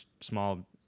small